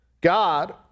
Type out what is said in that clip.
God